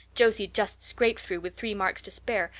josie just scraped through with three marks to spare,